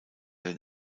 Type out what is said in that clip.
den